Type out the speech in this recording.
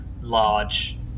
large